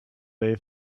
they